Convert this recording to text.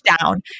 down